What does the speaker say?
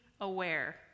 aware